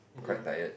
quite tired